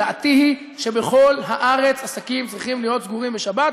דעתי היא שבכל הארץ עסקים צריכים להיות סגורים בשבת,